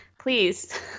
Please